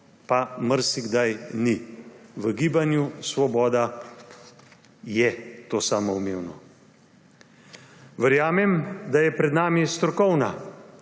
pa marsikdaj ni. V Gibanju Svoboda je to samoumevno. Verjamem, da je pred nami strokovna,